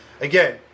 Again